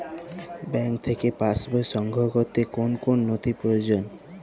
Bank থেকে pass বই সংগ্রহ করতে কোন কোন নথি প্রয়োজন?